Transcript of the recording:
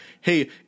hey